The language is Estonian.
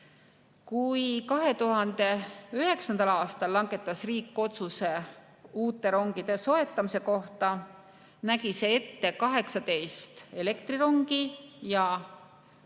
Kui 2009. aastal langetas riik otsuse uute rongide soetamise kohta, nägi see ette 18 elektrirongi ja lisaks